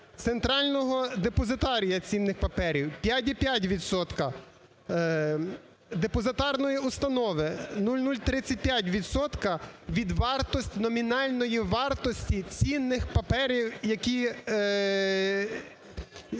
центрального депозитарію цінних паперів – 5,5 відсотка; депозитарної установи – 0,035 відсотка від вартості, номінальної вартості цінних паперів, які